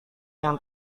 yang